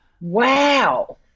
Wow